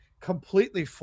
completely